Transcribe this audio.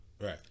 Right